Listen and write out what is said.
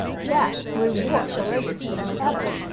jack grew more ferocious than ever,